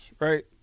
right